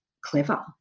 clever